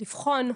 לבחון.